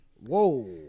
Whoa